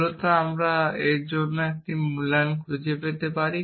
মূলত আমরা এর জন্য একটি মূল্যায়ন খুঁজে পেতে পারি